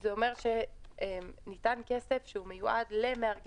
זה אומר שניתן כסף שהוא מיועד למארגני